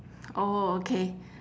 orh okay